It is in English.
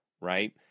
Right